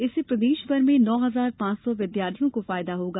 इससे प्रदेशभर में नौ हजार पांच सौ विद्यार्थियों को फायदा होगा